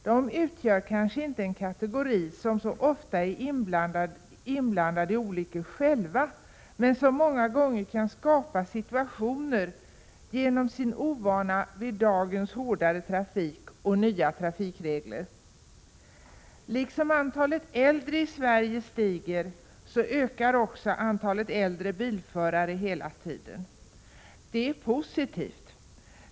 De är kanske inte så ofta inblandade i olyckor själva, men kan många gånger skapa situationer genom sin ovana vid dagens hårdare trafik och nya trafikregler. Liksom antalet äldre i samhället stiger, ökar också antalet äldre bilförare hela tiden. Detta är positivt.